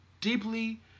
deeply